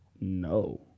No